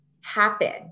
happen